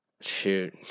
shoot